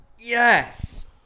Yes